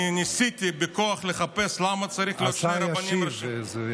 אני ניסיתי בכוחי לחפש למה צריך שני רבנים ראשיים.